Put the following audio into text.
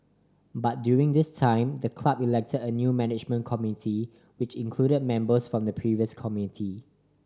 but during this time the club elected a new management committee which included members from the previous committee